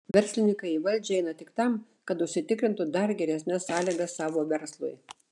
verslininkai į valdžią eina tik tam kad užsitikrintų dar geresnes sąlygas savo verslui